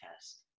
test